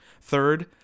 Third